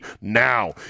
now